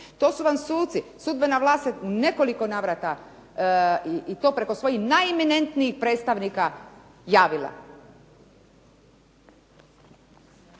to su vam suci, sudbena vlast se nekoliko navrata i to preko svojih najeminentnijih predstavnika javila.